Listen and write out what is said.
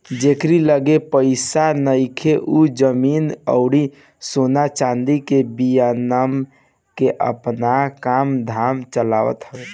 जेकरी लगे पईसा नइखे उ जमीन अउरी सोना चांदी के विनिमय से आपन काम धाम चलावत हवे